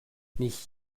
nicht